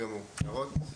הערות?